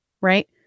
right